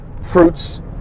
fruits